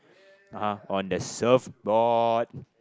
(uh huh) on the surfboard